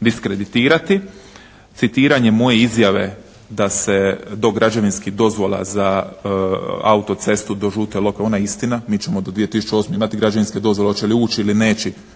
diskreditirati. Citiranje moje izjave da se do građevinskih dozvola za auto-cestu do Žute Lokve ona je istina. Mi ćemo do 2008. imati građevinske dozvole. Hoće li ući ili